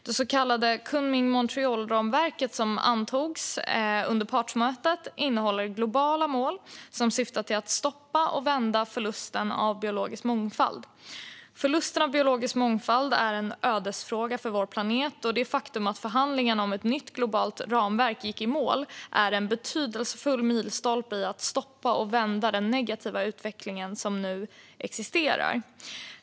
Det så kallade Kunming-Montréalramverket, som antogs under partsmötet, innehåller globala mål som syftar till att stoppa och vända förlusten av biologisk mångfald. Förlusten av biologisk mångfald är en ödesfråga för vår planet, och det faktum att förhandlingarna om ett nytt globalt ramverk gick i mål är en betydelsefull milstolpe för att stoppa och vända den negativa utvecklingen.